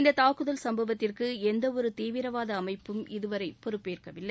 இந்த தாக்குதல் சம்பவத்திற்கு எந்த ஒரு தீவிரவாத அமைப்பும் இதுவரை பொறுப்பேற்கவில்லை